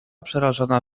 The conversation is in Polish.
przerażona